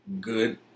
good